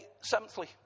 Seventhly